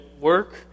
work